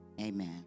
Amen